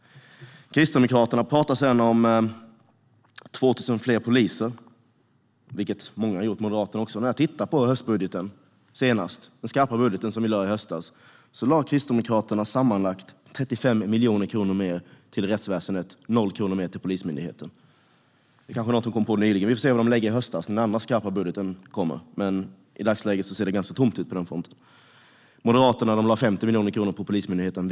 Kristdemokraterna talar om 2 000 fler poliser, vilket många har gjort - även Moderaterna. I de senaste höstbudgetförslagen, alltså de skarpa budgetförslag som lades fram i höstas, lade Kristdemokraterna sammanlagt 35 miljoner kronor mer till rättsväsendet men 0 kronor mer till Polismyndigheten. Kanske var detta något de kom på nyligen, så vi får se vad de lägger i höst när nästa skarpa budgetförslag kommer. I dagsläget ser det dock ganska tomt ut på den fronten. Moderaterna lade 50 miljoner kronor på Polismyndigheten.